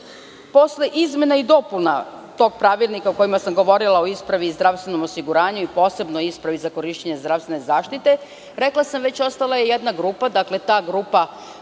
posle izmena i dopuna tog pravilnika o kojima sam govorila, o ispravi i zdravstvenom osiguranju, posebno o ispravi za korišćenje zdravstvene zaštite, rekla sam već, ostala je jedna grupa dece,